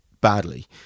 badly